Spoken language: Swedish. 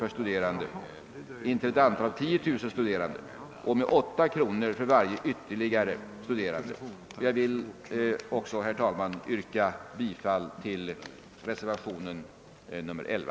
per studerande intill ett antal av 10 000 och med 8 kr. för varje ytterligare studerande. Herr talman! Jag ber att få yrka bifall till reservationen 11.